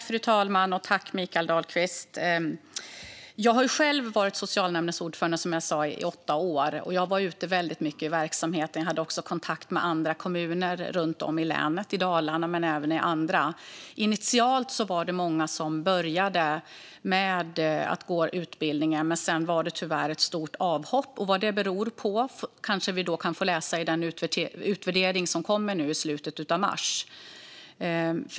Fru talman! Jag var själv som sagt socialnämndens ordförande i åtta år. Jag var ute väldigt mycket i verksamheten. Jag hade också kontakt med andra kommuner runt om i Dalarna och i andra län. Initialt var det många som började gå utbildningar, men sedan blev det tyvärr många avhopp. Vad det beror på kanske vi kan få läsa i den utvärdering som kommer i slutet av mars.